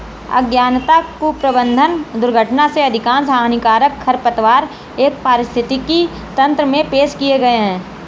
अज्ञानता, कुप्रबंधन, दुर्घटना से अधिकांश हानिकारक खरपतवार एक पारिस्थितिकी तंत्र में पेश किए गए हैं